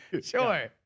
Sure